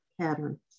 patterns